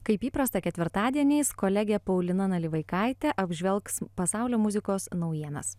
kaip įprasta ketvirtadieniais kolegė paulina nalivaikaitė apžvelgs pasaulio muzikos naujienas